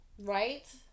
Right